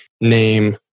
name